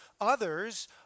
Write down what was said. Others